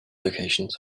locations